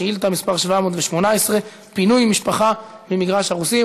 שאילתה מס' 718, פינוי משפחה ממגרש הרוסים.